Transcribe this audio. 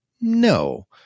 No